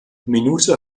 minute